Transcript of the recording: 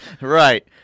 Right